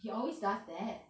he always does that